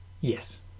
Yes